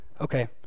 Okay